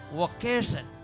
vocation